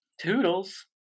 Toodles